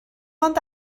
ond